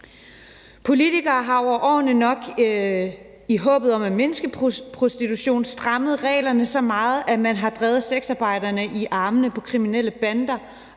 Politikere har over årene – nok i håbet om at mindske prostitution – strammet reglerne så meget, at man har drevet sexarbejderne i armene på kriminelle bander